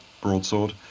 broadsword